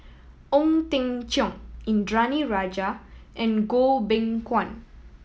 Ong Teng Cheong Indranee Rajah and Goh Beng Kwan